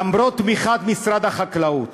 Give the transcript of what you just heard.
למרות תמיכת משרד החקלאות,